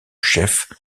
chef